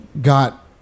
got